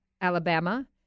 Alabama